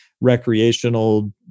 recreational